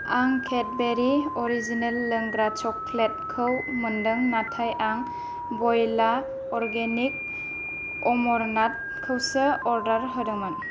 आं Cadbury original लोंग्रा चक्लेटखौ मोनदों नाथाय आं व'यला अरगेनिक अमरनाथखौसो अर्डार होदोंमोन